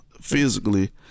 physically